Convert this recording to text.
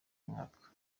mwaka